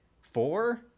Four